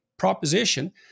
proposition